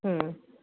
हम्म